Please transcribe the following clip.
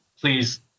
please